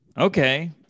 Okay